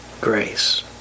grace